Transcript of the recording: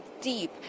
deep